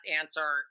answer